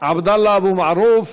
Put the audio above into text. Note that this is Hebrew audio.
עבדאללה אבו מערוף.